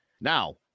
Now